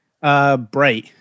Bright